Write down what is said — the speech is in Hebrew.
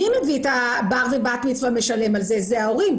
מי מביא את הבר ובת מצווה ומשלם על זה, זה ההורים.